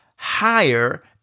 higher